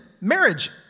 marriage